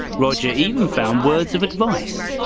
roger even found words of advice,